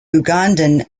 ugandan